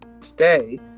today